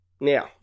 now